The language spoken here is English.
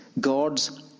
God's